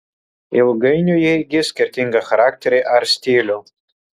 ilgainiui jie įgis skirtingą charakterį ar stilių